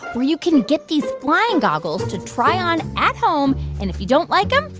where you can get these flying goggles to try on at home, and if you don't like em,